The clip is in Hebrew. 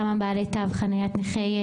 כמה בעלי תו חניה יש?